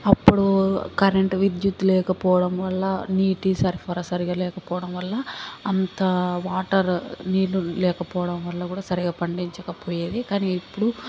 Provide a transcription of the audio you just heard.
అప్పుడు కరెంట్ విద్యుత్ లేకపోవడం వల్ల నీటి సరఫరా సరిగా లేకపోవడం వల్ల అంత వాటర్ నీళ్ళు లేకపోవడం వల్ల కూడా సరిగా పండించకపోయేది కానీ ఇప్పుడు